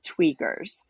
Tweakers